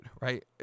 right